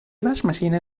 waschmaschine